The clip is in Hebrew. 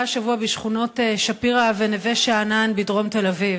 השבוע בשכונות שפירא ונווה-שאנן בדרום תל-אביב.